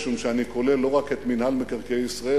משום שאני כולל לא רק את מינהל מקרקעי ישראל,